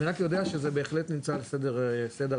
אני רק יודע שזה בהחלט נמצא על סדר היום.